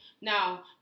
Now